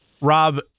Rob